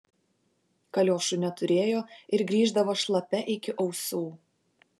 kaliošų neturėjo ir grįždavo šlapia iki ausų